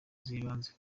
z’ibanze